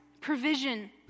Provision